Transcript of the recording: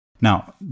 Now